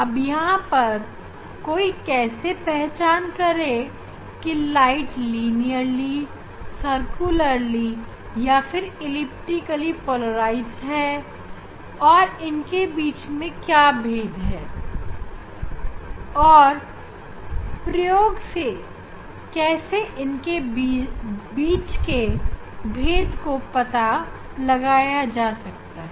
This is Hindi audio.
अब यहां पर कोई कैसे पहचान करें की प्रकाश लीनियरली सर्कुलरली या फिर एलिप्टिकली पोलराइज्ड है और इनके बीच में क्या भेद है और प्रयोग से इनके बीच का भेद कैसे पता लगा सकते हैं